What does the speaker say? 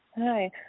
Hi